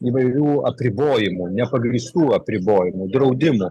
įvairių apribojimų nepagrįstų apribojimų draudimų